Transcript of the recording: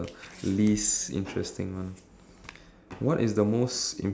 uh depends on how you think of it I guess